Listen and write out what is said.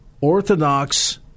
orthodox